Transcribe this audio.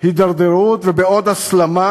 הידרדרות ובעוד הסלמה,